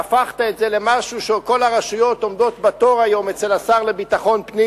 והפכת את זה למשהו שכל הרשויות עומדות היום בתור אצל השר לביטחון פנים